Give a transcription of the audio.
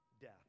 death